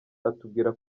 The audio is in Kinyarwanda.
atubwira